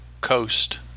coast